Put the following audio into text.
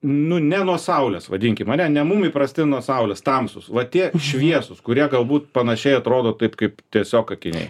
nu ne nuo saulės vadinkim ane ne mum įprasti nuo saulės tamsūs va tie šviesūs kurie galbūt panašiai atrodo taip kaip tiesiog akiniai